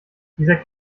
dieser